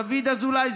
דוד אזולאי,